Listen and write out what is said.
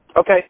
Okay